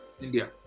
india